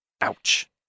Ouch